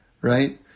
right